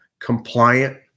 compliant